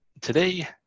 today